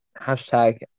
hashtag